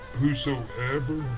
whosoever